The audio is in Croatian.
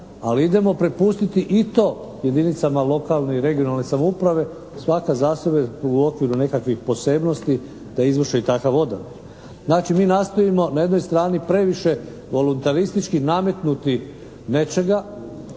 Ali idemo prepustiti i to jedinicama lokalne i regionalne samouprave. Svaka za sebe u okviru nekakvih posebnosti da izvrši takav odabir. Znači mi nastojimo na jednoj strani previše voluntaristički nametnuti nečega